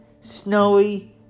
snowy